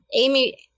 Amy